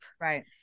Right